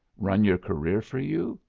run your career for you?